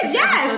yes